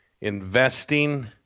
investing